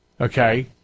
okay